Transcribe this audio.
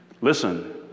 Listen